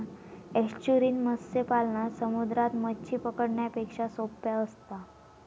estuarine मत्स्य पालन समुद्रात मच्छी पकडण्यापेक्षा सोप्पा असता